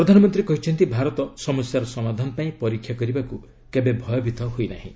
ପ୍ରଧାନମନ୍ତ୍ରୀ କହିଛନ୍ତି ଭାରତ ସମସ୍ୟାର ସମାଧାନ ପାଇଁ ପରୀକ୍ଷା କରିବାକୁ କେବେ ଭୟଭିତ ହୋଇନାହିଁ